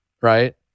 right